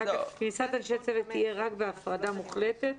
אחר כך כניסת אנשי צוות תהיה רק בהפרדה מוחלטת,